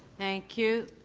thank you.